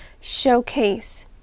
showcase